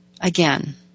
Again